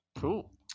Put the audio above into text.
Cool